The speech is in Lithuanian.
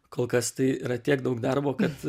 kol kas tai yra tiek daug darbo kad